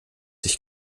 ich